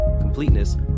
completeness